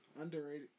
Underrated